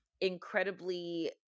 incredibly